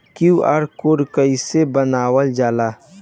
QR code कइसे बनवाल जाला?